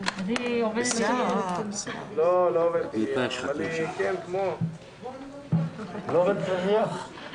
עד --- למי שיחזור לעבודה עד ה-28 בפברואר,